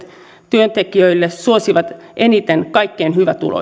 työntekijöille suosivat eniten kaikkein hyvätuloisimpia